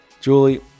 Julie